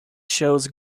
shows